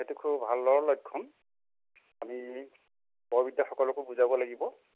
সেইটো খুব ভালৰ লক্ষণ আমি বয়োবৃদ্ধসকলকো বুজাব লাগিব